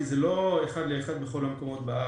כי זה לא אחד לאחד בכל המקומות בארץ.